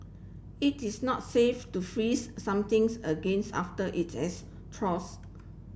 it is not safe to freeze somethings against after it has thaws